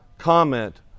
comment